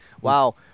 Wow